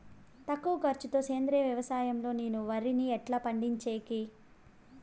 తక్కువ ఖర్చు తో సేంద్రియ వ్యవసాయం లో నేను వరిని ఎట్లా పండించేకి?